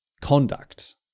conduct